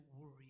worry